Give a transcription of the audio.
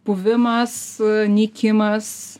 puvimas nykimas